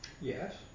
Yes